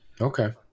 okay